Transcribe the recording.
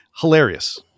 Hilarious